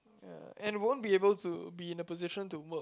ya and won't be able to be in a position to work